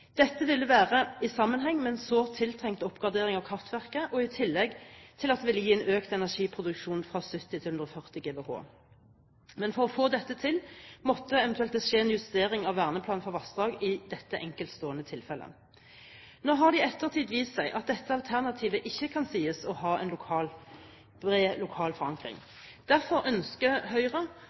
Dette ville være i tråd med en sårt tiltrengt oppgradering av kraftverket, i tillegg til at det ville gi en økt energiproduksjon fra 70 til 140 GWh. For å få det til måtte det eventuelt skje en justering av verneplanen for vassdrag i dette enkeltstående tilfellet. Nå har det i ettertid vist seg at dette alternativet ikke kan sies å ha en bred lokal forankring. Derfor ønsker Høyre